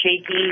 shaky